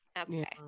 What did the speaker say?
okay